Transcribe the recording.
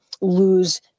lose